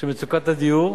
של מצוקת הדיור,